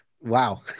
wow